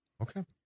Okay